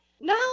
no